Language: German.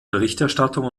berichterstattung